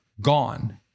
gone